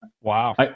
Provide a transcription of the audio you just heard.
Wow